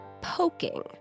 poking